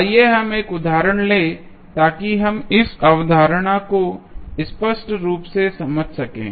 आइए हम एक उदाहरण लें ताकि हम इस अवधारणा को स्पष्ट रूप से समझ सकें